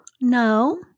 No